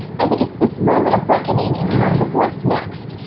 i think it's this moment of reckoning in terms of what's next.